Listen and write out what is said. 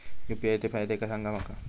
UPI चे फायदे सांगा माका?